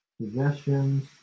suggestions